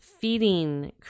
feeding